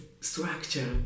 structure